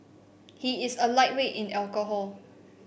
he is a lightweight in alcohol